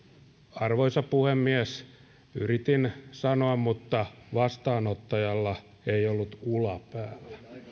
arvoisa puhemies yritin sanoa mutta vastaanottajalla ei ollut ula päällä